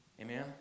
Amen